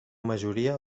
majoria